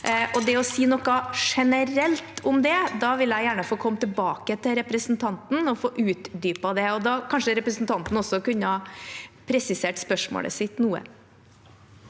jeg si noe generelt om det, vil jeg gjerne få komme tilbake til representanten og få utdype det. Da kunne kanskje representanten også presisere spørsmålet sitt noe.